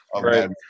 Right